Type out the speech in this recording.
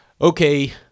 okay